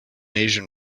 asian